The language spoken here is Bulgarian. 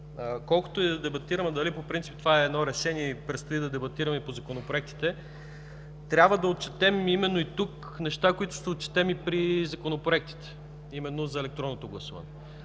Колкото и да дебатираме дали по принцип това е едно решение, а и предстои да дебатираме законопроектите, трябва да отчетем именно и тук неща, които ще отчетем и при законопроектите, именно за електронното гласуване.